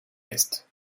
est